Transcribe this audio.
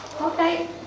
Okay